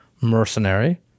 mercenary